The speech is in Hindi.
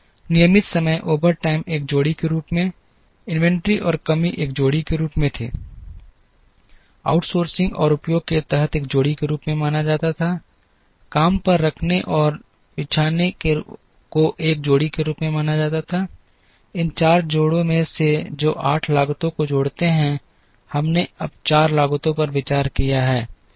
नियमित समय ओवरटाइम एक जोड़ी के रूप में इन्वेंट्री और कमी एक जोड़ी के रूप में थी आउटसोर्सिंग और उपयोग के तहत एक जोड़ी के रूप में माना जाता था काम पर रखने और बिछाने को एक जोड़ी के रूप में माना जाता था इन चार जोड़े में से जो 8 लागतों को जोड़ते हैं हमने अब चार लागतों पर विचार किया है